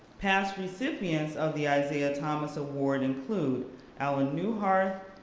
past recipients of the isaiah thomas award include allen neuharth,